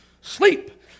Sleep